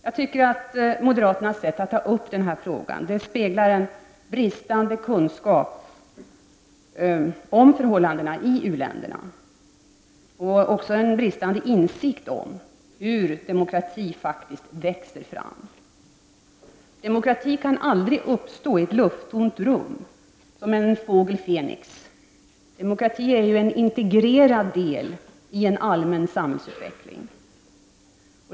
Jag tycker att moderaternas sätt att ta upp denna fråga speglar en bristande kunskap om förhållandena i u-länderna och även en bristande insikt om hur demokratin faktiskt växer fram. Demokrati kan aldrig uppstå i ett lufttomt rum som fågeln Fenix. Demokrati är ju en integrerad del i en allmän samhällsutveckling.